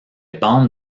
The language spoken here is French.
bandes